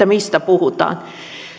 mistä puhutaan